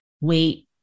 wait